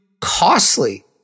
costly